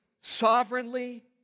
sovereignly